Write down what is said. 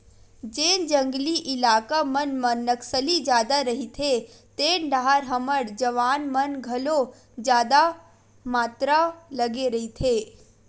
जेन जंगली इलाका मन म नक्सली जादा रहिथे तेन डाहर हमर जवान मन घलो जादा मातरा लगे रहिथे